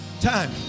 time